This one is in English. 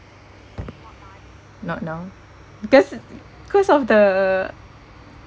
not now because cause of the